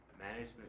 management